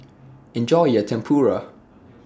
Enjoy your Tempura